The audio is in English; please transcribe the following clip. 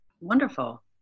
wonderful